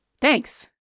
Thanks